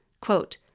Quote